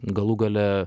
galų gale